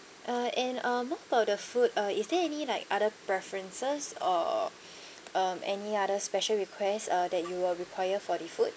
uh and uh what about the food uh is there any like other preferences or um any other special request uh that you will require for the food